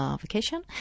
Vacation